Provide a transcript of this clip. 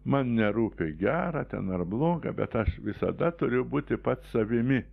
man nerūpi gera ten ar bloga bet aš visada turiu būti pats savimi